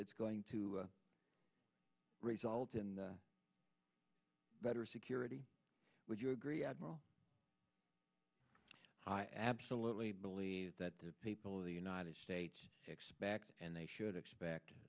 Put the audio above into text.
it's going to result in better security would you agree admiral i absolutely believe that the people of the united states expect and they should expect